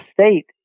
state